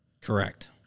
Correct